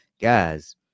guys